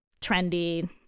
trendy